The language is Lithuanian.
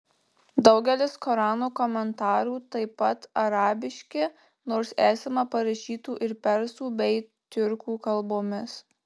daugelis korano komentarų taip pat arabiški nors esama parašytų ir persų bei tiurkų kalbomis